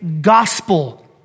gospel